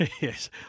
yes